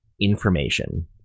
information